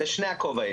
בשני הכובעים.